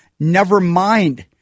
Nevermind